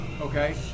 Okay